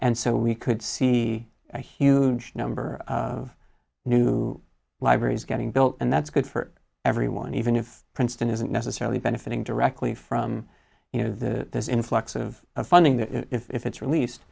and so we could see a huge number of new libraries getting built and that's good for everyone even if princeton isn't necessarily benefiting directly from you know the this influx of funding that if it's